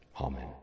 Amen